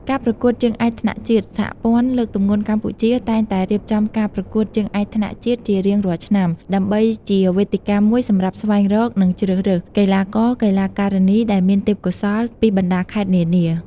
ការប្រកួតជើងឯកថ្នាក់ជាតិ សហព័ន្ធលើកទម្ងន់កម្ពុជា តែងតែរៀបចំការប្រកួតជើងឯកថ្នាក់ជាតិជារៀងរាល់ឆ្នាំ ដើម្បីជាវេទិកាមួយសម្រាប់ស្វែងរក និងជ្រើសរើស កីឡាករ-កីឡាការិនីដែលមានទេពកោសល្យ ពីបណ្ដាខេត្តនានា។